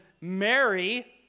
Mary